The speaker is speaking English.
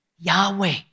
Yahweh